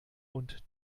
und